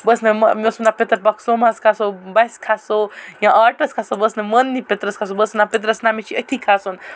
بہٕ ٲسس نہٕ مےٚ اوس ونان پیٚتر پکھ سومووَس بَسہِ کھَسو یا آٹوَس کھَسو بہٕ ٲسس نہٕ مانٲنی پترس کھَسُن بہٕ ٲسس ونان پترس نہ مےٚ چھوے أتھی کھَسُن